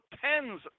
tens